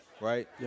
Right